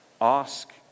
Ask